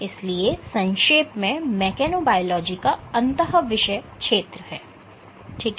इसलिए संक्षेप में मेकेनोबायोलॉजी एक अंतः विषय क्षेत्र है ठीक है